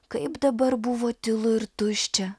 kaip dabar buvo tylu ir tuščia